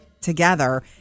together